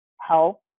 help